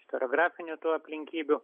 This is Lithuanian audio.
istoriografinių tų aplinkybių